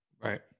Right